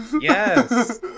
Yes